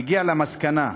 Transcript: מגיע למסקנה,